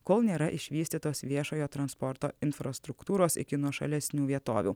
kol nėra išvystytos viešojo transporto infrastruktūros iki nuošalesnių vietovių